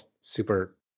super